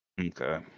Okay